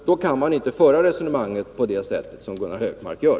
Då kan man inte föra resonemanget på det sätt som Gunnar Hökmark gör.